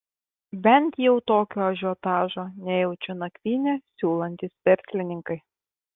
bent jau tokio ažiotažo nejaučia nakvynę siūlantys verslininkai